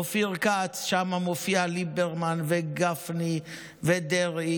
אופיר כץ, שם מופיעים ליברמן וגפני ודרעי